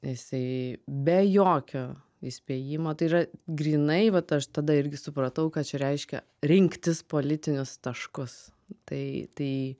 jisai be jokio įspėjimo tai yra grynai vat aš tada irgi supratau ką čia reiškia rinktis politinius taškus tai tai